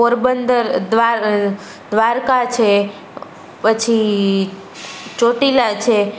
પોરબંદર દ્વાર દ્વારકા છે પછી ચોટીલા છે